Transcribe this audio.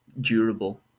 durable